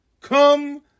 come